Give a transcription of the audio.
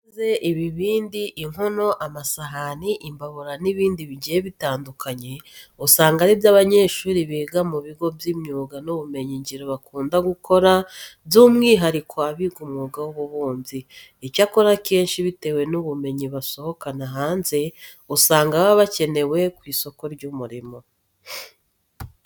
Amavaze, ibibindi, inkono, amasahani, imbabura n'ibindi bigiye bitandukanye usanga ari byo abanyeshuri biga mu bigo by'imyuga n'ubumenyingiro bakunda gukora, by'umwihariko abiga umwuga w'ububumbyi. Icyakora akenshi bitewe n'ubumenyi basohokana hanze, usanga baba bakenewe ku isoko ry'umurimo.